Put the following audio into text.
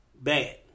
Bad